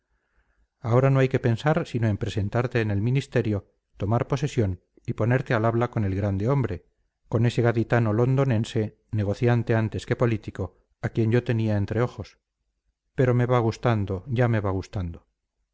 ahora no hay que pensar sino en presentarte en el ministerio tomar posesión y ponerte al habla con el grande hombre con ese gaditano londonense negociante antes que político a quien yo tenía entre ojos pero me va gustando ya me va gustando